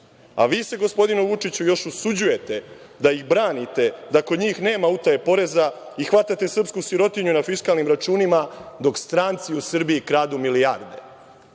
vi, se, gospodine Vučiću još usuđujete da ih branite, da kod njih nema utaje poreza, i hvatate srpsku sirotinju na fiskalnim računima, dok stranci u Srbiji kradu milijarde. Banke,